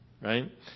right